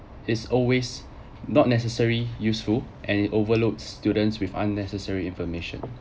is always not necessary useful and it overload students with unnecessary information